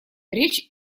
речь